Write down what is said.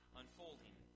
unfolding